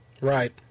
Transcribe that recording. Right